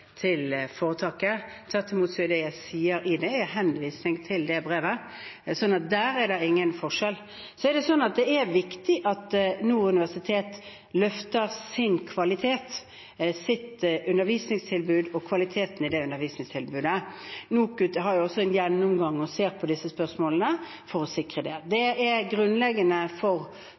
foretaket. Tvert imot er det jeg sier der, en henvisning til det brevet, så der er det ingen forskjell. Det er viktig at Nord universitet løfter sin kvalitet, sitt undervisningstilbud og kvaliteten i det undervisningstilbudet. NOKUT har også en gjennomgang og ser på disse spørsmålene for å sikre det. Det grunnleggende for